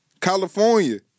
California